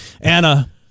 Anna